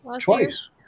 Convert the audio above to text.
twice